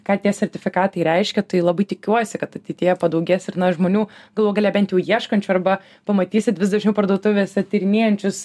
ką tie sertifikatai reiškia tai labai tikiuosi kad ateityje padaugės ir na žmonių galų gale bent jų ieškančių arba pamatysit vis dažniau parduotuvėse tyrinėjančius